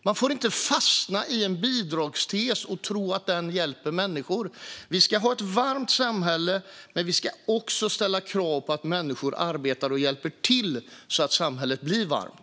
Man får inte fastna i en bidragstes och tro att den hjälper människor. Vi ska ha ett varmt samhälle, men vi ska också ställa krav på att människor ska arbeta och hjälpa till så att samhället blir varmt.